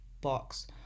box